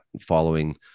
following